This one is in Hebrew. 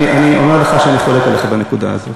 אני אומר לך שאני חולק עליך בנקודה הזאת.